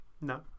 No